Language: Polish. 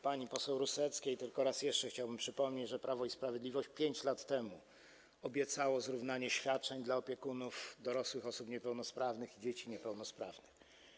Pani poseł Ruseckiej jeszcze tylko raz chciałbym przypomnieć, że Prawo i Sprawiedliwość 5 lat temu obiecało zrównanie świadczeń dla opiekunów dorosłych osób niepełnosprawnych i dzieci niepełnosprawnych.